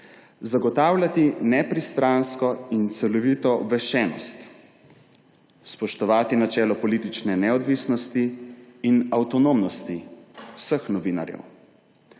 zagotavljati nepristransko in celovito obveščenost, spoštovati načelo politične neodvisnosti in avtonomnosti vseh novinarjev,